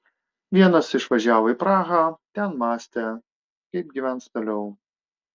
vienas išvažiavo į prahą ten mąstė kaip gyvens toliau